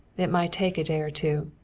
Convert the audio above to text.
it might take a day or two.